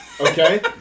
Okay